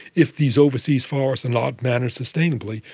if these overseas forests are not managed sustainably,